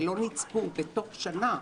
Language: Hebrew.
שלא נצפו בתוך שנה,